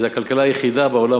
זו הכלכלה היחידה בעולם,